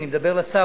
אני מדבר לשר.